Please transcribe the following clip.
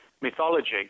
mythology